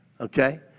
Okay